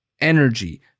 energy